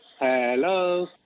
Hello